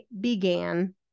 began